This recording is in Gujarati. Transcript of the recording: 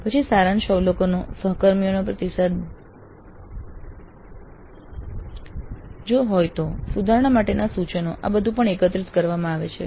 પછી સારાંશ અવલોકનો સહકર્મીઓનો પ્રતિસાદ જો હોય તો સુધારણા માટેના સૂચનો આ બધું પણ એકત્રિત કરવામાં આવે છે